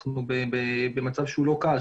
אנחנו במצב שהוא לא קל.